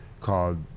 called